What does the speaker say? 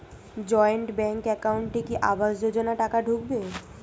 Joint bank একাউন্টে কি আবাস যোজনা টাকা ঢুকবে?